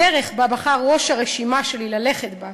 הדרך שבה בחר ראש הרשימה שלי ללכת היא